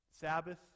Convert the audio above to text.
Sabbath